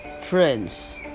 friends